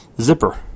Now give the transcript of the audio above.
zipper